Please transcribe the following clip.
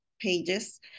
pages